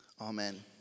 Amen